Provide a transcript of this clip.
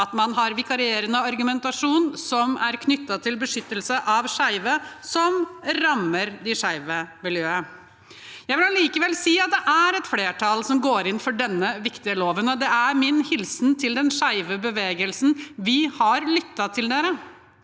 at man har vikarierende argumentasjon som er knyttet til beskyttelse av skeive, som rammer det skeive miljøet. Jeg vil likevel si at det er et flertall som går inn for denne viktige loven, og det er min hilsen til den skeive bevegelsen. Vi har lyttet til dere!